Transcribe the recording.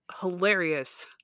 hilarious